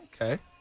Okay